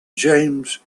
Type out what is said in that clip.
james